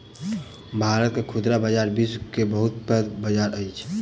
भारत के खुदरा बजार विश्व के बहुत पैघ बजार अछि